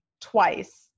twice